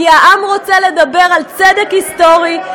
כי העם רוצה לדבר על צדק היסטורי,